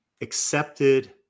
accepted